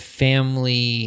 family